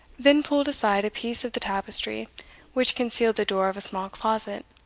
then pulled aside a piece of the tapestry which concealed the door of a small closet,